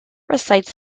recites